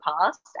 past